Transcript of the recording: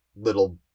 little